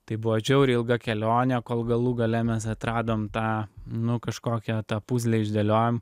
tai buvo žiauriai ilgą kelionę kol galų gale mes atradom tą nu kažkokią tą puzlę išdėliojom